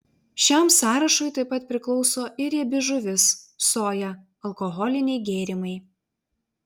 šiam sąrašui taip pat priklauso ir riebi žuvis soja alkoholiniai gėrimai